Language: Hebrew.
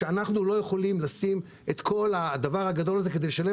שאנחנו לא יכולים לשים את כל הדבר הגדול הזה כדי לשלם